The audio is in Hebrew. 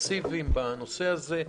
אינטנסיביים בנושא הזה,